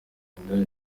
gahinda